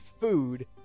food